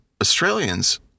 Australians